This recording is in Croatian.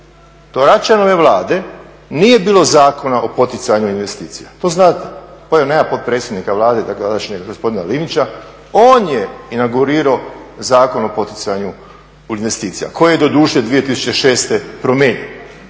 do Račanove Vlade nije bilo Zakona o poticanju investicija, to znate. Ovdje nema potpredsjednika Vlade tadašnjeg gospodina Linića, on je inaugurirao Zakon o poticanju investicija koji je doduše 2006. promijenjen.